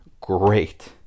great